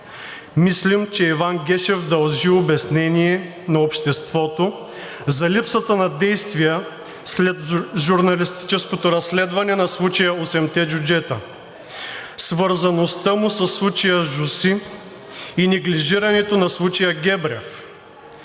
Мислим, че Иван Гешев дължи обяснение на обществото за липсата на действия след журналистическото разследване на случая „Осемте джуджета“, свързаността му със случая „Жоси“ и неглижирането на случая „Гебрев“.